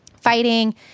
fighting